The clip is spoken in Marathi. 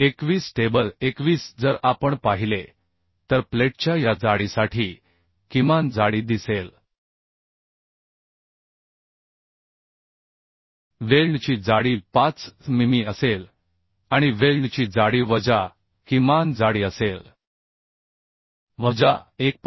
21 टेबल 21 जर आपण पाहिले तर प्लेटच्या या जाडीसाठी किमान जाडी दिसेल वेल्डची जाडी 5 मिमी असेल आणि वेल्डची जाडी वजा किमान जाडी असेल वजा 1